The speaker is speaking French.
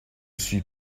suis